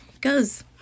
goes